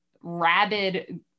rabid